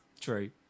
True